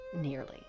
nearly